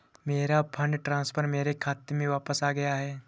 मेरा fund transfer मेरे खाते में वापस आ गया है